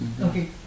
Okay